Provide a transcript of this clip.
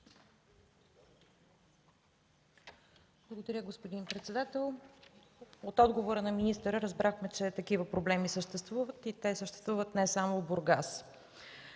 Благодаря, господин председател. От отговора на министъра разбрахме, че такива проблеми съществуват и не само в Бургас.